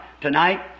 tonight